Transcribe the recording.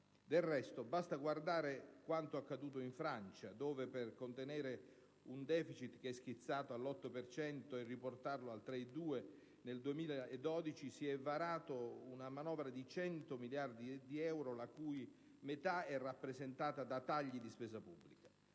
Del resto, basta guardare a quanto accaduto in Francia dove, per contenere un deficit dell'8,2 per cento e riportarlo al 3,2 per cento nel 2012, si è varata una manovra di 100 miliardi di euro, di cui la metà è rappresentata da tagli di spesa pubblica.